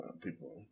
people